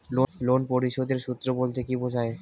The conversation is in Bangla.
লোন পরিশোধের সূএ বলতে কি বোঝায়?